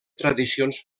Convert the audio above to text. tradicions